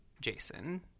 Jason